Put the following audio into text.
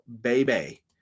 baby